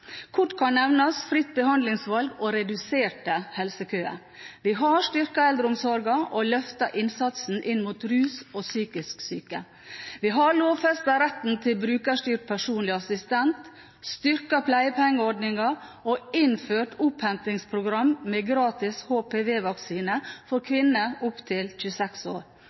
Kort kan nevnes: Fritt behandlingsvalg og reduserte helsekøer, vi har styrket eldreomsorgen og løftet innsatsen inn mot rus og psykisk syke, vi har lovfestet retten til brukerstyrt personlig assistent, styrket pleiepengeordningen og innført opphentingsprogram med gratis HPV-vaksine for kvinner opp til 26 år.